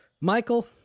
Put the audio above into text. Michael